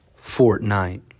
Fortnite